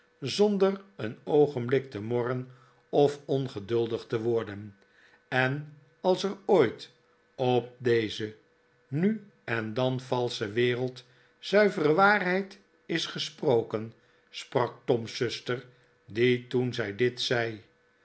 zonder een oogenblik te morren of ongeduldig te worden en als er ooit op deze nu en dan valsche wereld zuivere waarheid is gesproken sprak tom's zuster die toen zij dit zei